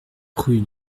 rue